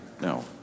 No